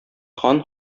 хан